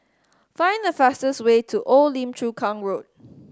find the fastest way to Old Lim Chu Kang Road